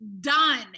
done